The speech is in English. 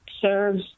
serves